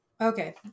Okay